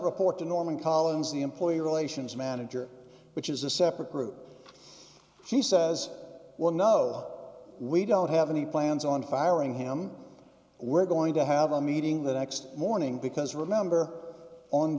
report to norman collins the employee relations manager which is a separate group she says well no we don't have any plans on firing him we're going to have a meeting the next morning because remember on